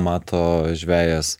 mato žvejas